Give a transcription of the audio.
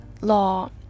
law